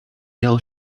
yellow